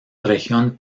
región